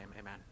amen